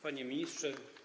Panie Ministrze!